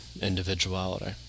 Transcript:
individuality